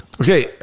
Okay